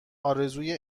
آرزوی